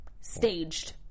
Staged